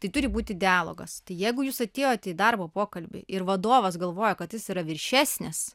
tai turi būti dialogas jeigu jūs atėjot į darbo pokalbį ir vadovas galvoja kad jis yra viršesnis